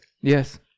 Yes